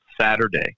Saturday